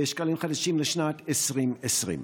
בשקלים חדשים, לשנת 2020?